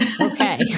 Okay